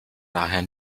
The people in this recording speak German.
daher